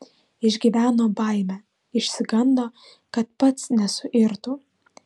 išgyveno baimę išsigando kad pats nesuirtų